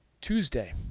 Tuesday